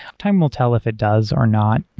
time will tell if it does or not.